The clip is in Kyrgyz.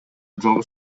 жалгыз